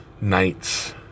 night's